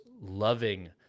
loving